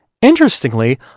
Interestingly